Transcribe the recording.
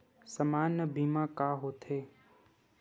सामान्य बीमा का होथे?